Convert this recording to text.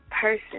person